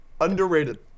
Underrated